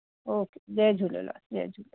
okay जय झूलेलाल जय झूलेलाल